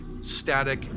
static